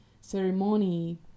ceremony